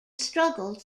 struggled